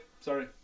sorry